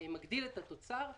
מגדיל את התוצר וכולי.